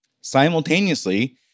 Simultaneously